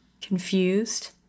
confused